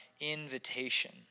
invitation